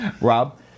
Rob